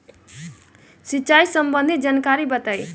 सिंचाई संबंधित जानकारी बताई?